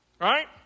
Right